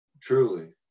truly